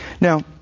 Now